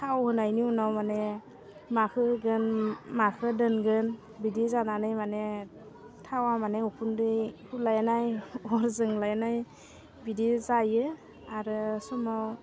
थाव होनायनि उनाव माने माखौ होगोन माखौ दोनगोन बिदि जानानै माने थावा माने उखुन्दै खुलायनाय अर जोंलायनाय बिदि जायो आरो समाव